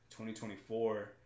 2024